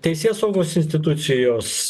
teisėsaugos institucijos